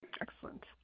Excellent